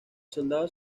soldados